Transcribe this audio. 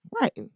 Right